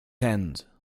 end